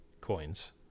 coins